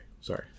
sorry